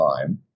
time